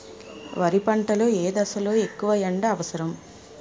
వరి పంట లో ఏ దశ లొ ఎక్కువ ఎండా అవసరం?